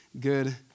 good